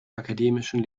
akademischen